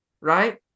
right